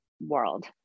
world